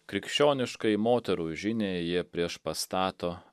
krikščioniškai moterų žiniai jie priešpastato